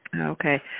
Okay